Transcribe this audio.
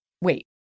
Wait